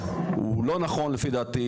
הוא לא נכון לפי דעתי.